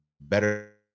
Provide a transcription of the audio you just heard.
better